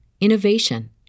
innovation